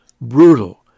brutal